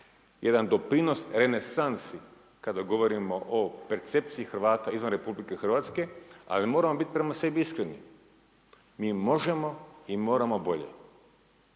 jedan doprinos renesansi kada govorimo o percepciji Hrvata izvan Republike Hrvatske. Ali moramo biti prema sebi iskreni, mi možemo i moramo bolje.